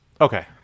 okay